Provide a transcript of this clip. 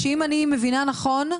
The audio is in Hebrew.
שאם אני מבינה נכון,